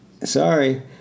sorry